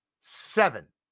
seven